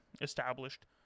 established